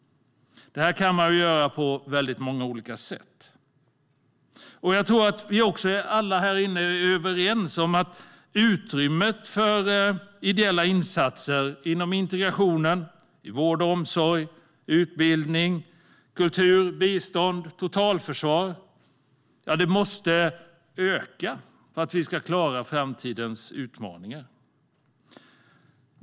Det kan man göra på många olika sätt. Jag tror att vi alla här inne är överens om att utrymmet för ideella insatser inom integration, vård och omsorg, utbildning, kultur, bistånd och totalförsvar måste öka för att vi ska klara framtidens utmaningar.